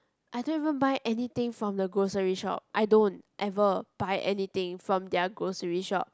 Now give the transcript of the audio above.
I don't even buy anything from the grocery shop I don't ever buy anything from their grocery shop